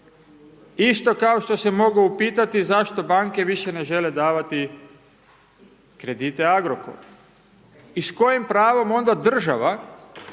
isto kao što se mogao upitati zašto banke više ne žele davati kredite Agrokoru i s kojim pravom onda država